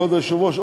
כבוד היושב-ראש,